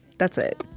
that's it.